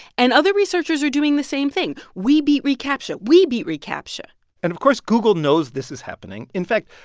and other researchers are doing the same thing. we beat recaptcha. we beat recaptcha and, of course, google knows this is happening. in fact,